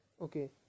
okay